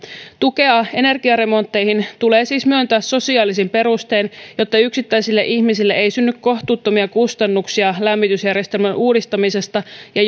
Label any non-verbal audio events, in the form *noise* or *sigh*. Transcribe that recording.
tukea energiaremontteihin tulee siis myöntää sosiaalisin perustein jotta yksittäisille ihmisille ei synny kohtuuttomia kustannuksia lämmitysjärjestelmän uudistamisesta ja *unintelligible*